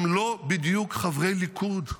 הם לא בדיוק חברי ליכוד,